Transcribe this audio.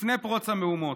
לפני פרוץ המהומות,